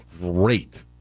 great